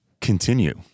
continue